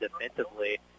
defensively